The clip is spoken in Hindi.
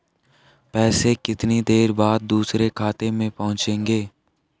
पैसे कितनी देर बाद दूसरे खाते में पहुंचेंगे?